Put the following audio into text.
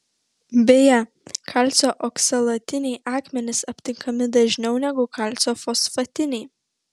beje kalcio oksalatiniai akmenys aptinkami dažniau negu kalcio fosfatiniai